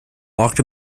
walked